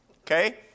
okay